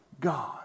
god